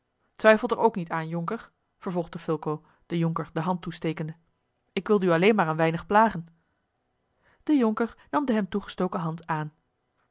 twijfelt er ook niet aan jonker vervolgde fulco den jonker de hand toestekende ik wilde u alleen maar een weinig plagen de jonker nam de hem toegestoken hand aan